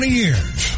years